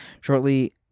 shortly